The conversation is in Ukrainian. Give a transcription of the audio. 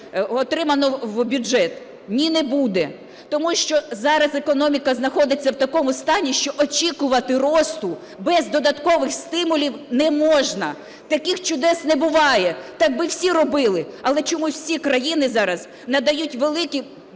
отримано в бюджет? Ні, не буде, тому що зараз економіка знаходиться в такому стані, що очікувати росту без додаткових стимулів не можна. Таких чудес не буває, так би всі робили. Але чомусь всі країни зараз надають великі